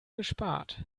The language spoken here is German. gespart